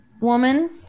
Woman